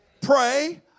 Pray